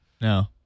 No